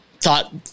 thought